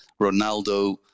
ronaldo